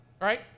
right